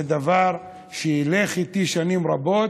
זה דבר שילך איתי שנים רבות.